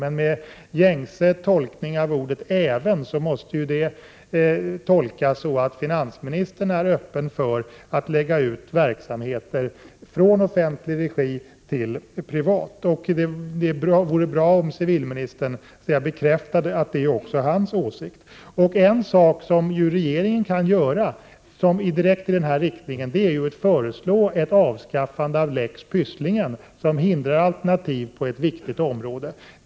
Med gängse tolkning av ordet även måste det betyda att finansministern är öppen för att lägga ut verksamheter från offentlig regi till privat. Det vore bra om civilministern bekräftade att detta är också hans åsikt. En sak som regeringen kan göra i denna riktning är att avskaffa lex Pysslingen, som hindrar alternativ på ett viktigt område.